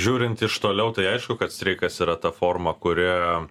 žiūrint iš toliau tai aišku kad streikas yra ta forma kuri